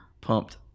pumped